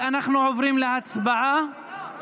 תודה, חבר הכנסת יעקב מרגי.